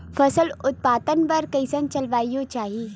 फसल उत्पादन बर कैसन जलवायु चाही?